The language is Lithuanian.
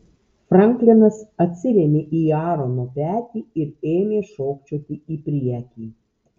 franklinas atsirėmė į aarono petį ir ėmė šokčioti į priekį